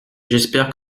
j’espère